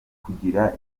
kugira